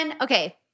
Okay